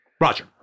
Roger